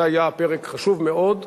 זה היה פרק חשוב מאוד,